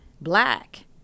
black